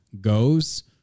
goes